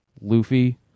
Luffy